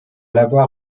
lavoir